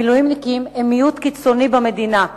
המילואימניקים הם מיעוט קיצוני במדינה.